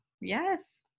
yes